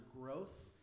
growth